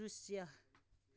दृश्य